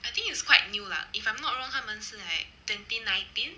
I think is quite new lah if I'm not wrong 他们是 like twenty nineteen